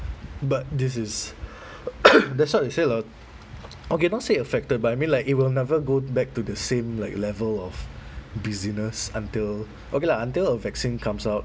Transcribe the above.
but this is that's what they say lah okay not say affected but I mean like it will never go back to the same like level of busyness until okay lah until a vaccine comes out